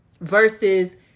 versus